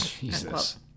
Jesus